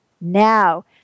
now